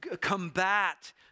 combat